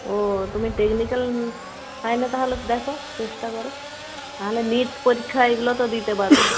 ও তুমি টেকনিক্যাল লাইনে তাহলে দেখ চেষ্টা কর নাহলে নিট পরীক্ষা এইগুলো তো দিতে পারো